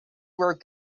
were